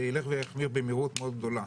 וילך ויחמיר במהירות מאוד גדולה.